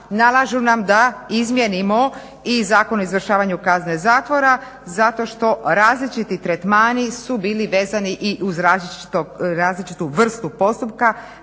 nalažu nam da izmijenimo i Zakon o izvršavanju kazne zatvora zato što različiti tretmani su bili vezani i uz različitu vrstu postupka.